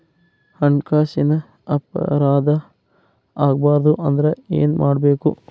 ಹಣ್ಕಾಸಿನ್ ಅಪರಾಧಾ ಆಗ್ಬಾರ್ದು ಅಂದ್ರ ಏನ್ ಮಾಡ್ಬಕು?